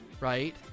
right